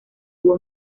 hubo